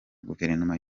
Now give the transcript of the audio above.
guverinoma